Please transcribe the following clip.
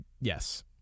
yes